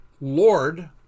Lord